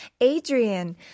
Adrian